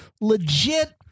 legit